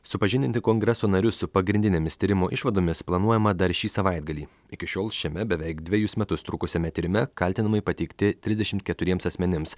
supažindinti kongreso narius su pagrindinėmis tyrimo išvadomis planuojama dar šį savaitgalį iki šiol šiame beveik dvejus metus trukusiame tyrime kaltinimai pateikti trisdešimt keturiems asmenims